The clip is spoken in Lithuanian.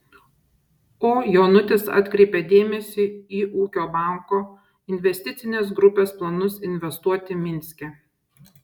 o jonutis atkreipia dėmesį į ūkio banko investicinės grupės planus investuoti minske